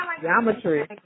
geometry